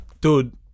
Dude